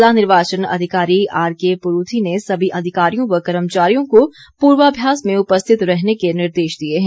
ज़िला निर्वाचन अधिकारी आर के पुरूथी ने सभी अधिकारियों व कर्मचारियों को पूर्वाभ्यास में उपस्थित रहने के निर्देश दिए हैं